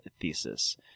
thesis